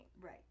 Right